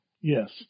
Yes